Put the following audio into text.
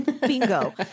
bingo